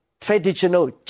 traditional